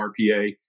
RPA